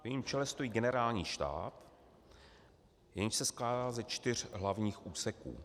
V jejím čele stojí Generální štáb, jenž se skládá ze čtyř hlavních úseků.